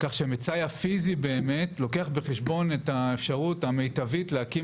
כך שמצאי הפיזי לוקח בחשבון את האפשרות המיטבית להקים,